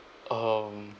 um